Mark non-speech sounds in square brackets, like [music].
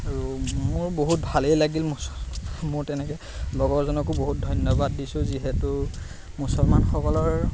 আৰু মোৰ বহুত ভালেই লাগিল [unintelligible] মোৰ তেনেকৈ লগৰজনকো বহুত ধন্যবাদ দিছোঁ যিহেতু মুছলমানসকলৰ